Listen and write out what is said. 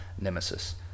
nemesis